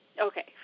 Okay